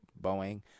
Boeing